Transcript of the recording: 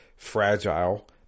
Fragile